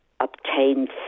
Obtained